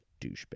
Douchebag